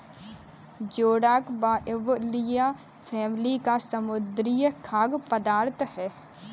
जोडाक Bivalvia family का समुद्री खाद्य पदार्थ है